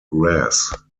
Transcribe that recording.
grass